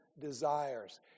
desires